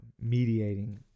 mediating